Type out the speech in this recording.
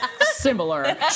similar